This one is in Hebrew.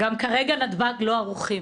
גם כרגע נתב"ג לא ערוכים.